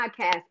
podcast